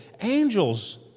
Angels